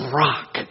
rock